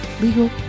legal